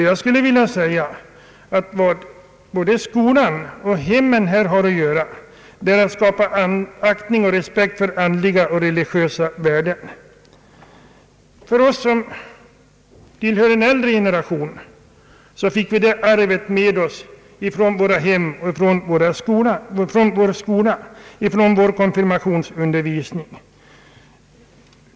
Jag vill säga att vad både skolan och hemmen har att göra är att skapa aktning och respekt för andliga och religiösa värden. Vi som tillhör en äldre generation fick det arvet med oss från våra hem, från vår skola och från vår konfirmationsundervisning.